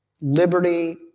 liberty